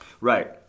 Right